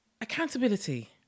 Accountability